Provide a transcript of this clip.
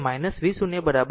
તેથી તે v0 0 છે